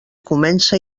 comença